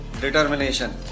determination